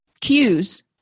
cues